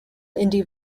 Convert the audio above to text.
indie